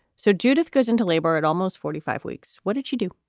so judith goes into labor at almost forty five weeks. what did she do?